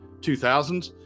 2000s